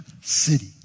city